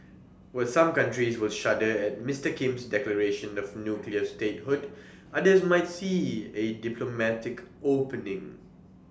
while some countries will shudder at Mister Kim's declaration of nuclear statehood others might see A diplomatic opening